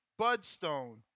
Budstone